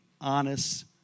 honest